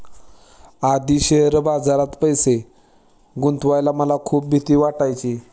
आधी शेअर बाजारात पैसे गुंतवायला मला खूप भीती वाटायची